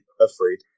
afraid